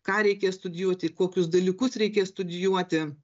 ką reikės studijuoti ir kokius dalykus reikės studijuoti